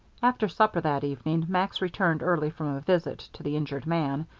after supper that evening max returned early from a visit to the injured man,